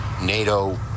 NATO